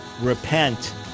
repent